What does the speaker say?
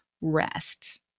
rest